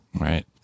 right